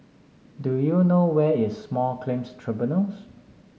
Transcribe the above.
do you know where is Small Claims Tribunals